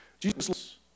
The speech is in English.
Jesus